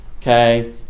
okay